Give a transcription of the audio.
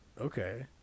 Okay